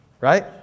Right